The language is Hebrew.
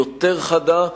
יותר חדה,